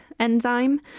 Enzyme